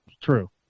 true